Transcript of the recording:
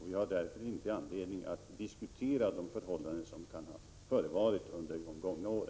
Jag har därför ingen anledning att diskutera de förhållanden som kan ha förevarit under gångna år.